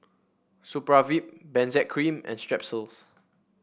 Supravit Benzac Cream and Strepsils